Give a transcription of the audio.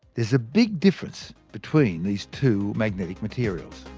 there's a big difference between these two magnetic materials.